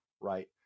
right